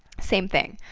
same thing,